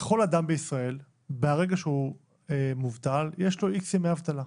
לכל אדם בישראל, ברגע שהוא מובטל, יש X ימי אבטלה.